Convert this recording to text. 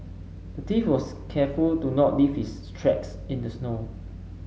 the thief was careful to not leave his tracks in the snow